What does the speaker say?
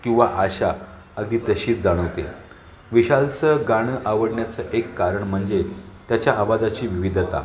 किंवा आशा अगदी तशीच जाणवते विशालचं गाणं आवडण्याचं एक कारण म्हणजे त्याच्या आवाजाची विविधता